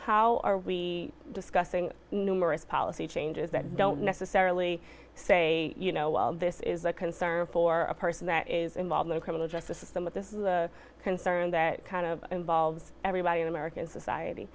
how are we discussing numerous policy changes that don't necessarily say you know well this is a concern for a person that is involved in criminal justice system but this is a concern that kind of involves everybody in american society